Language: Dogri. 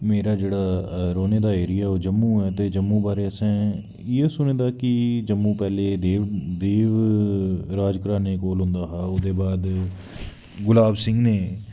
मेरा जेह्ड़ा रौह्ने दा एरिया ऐ ते जम्मू बारे असें इ'यै सुने दा कि जम्मू पैह्लें देव देव राज घराने कोल होंदा हा ओह्दे बाद गुलाब सिंह ने